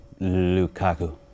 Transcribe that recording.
Lukaku